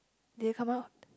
did it come out